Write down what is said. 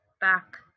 back